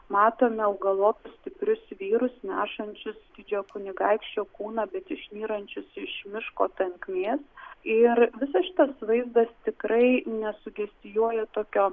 matome augalotus stiprius vyrus nešančius didžiojo kunigaikščio kūną bet išnyrančius iš miško tankmės ir visas šitas vaizdas tikrai nesugestijuoja tokio